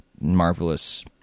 marvelous